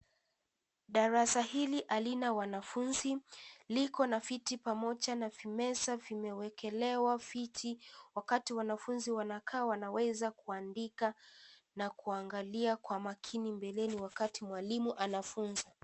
Darasa hili halina wanafunzi. Liko na viti pamoja na vimeza vimewekelewa viti, wakati wanafunzi wanakaa wanaweza kuandika na kuangalia kwa makini mbeleni wakati mwalimu anafunza.